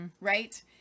right